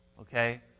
Okay